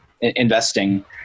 investing